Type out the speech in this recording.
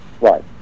Right